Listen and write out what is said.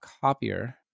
Copier